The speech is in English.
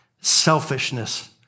selfishness